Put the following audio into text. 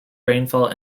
rainfall